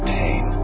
pain